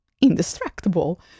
indestructible